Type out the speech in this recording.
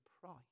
price